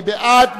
מי בעד?